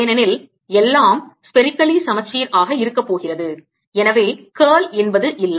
ஏனெனில் எல்லாம் ஸ்பெரிக்லி சமச்சீர் ஆக இருக்க போகிறது எனவே curl என்பது இல்லை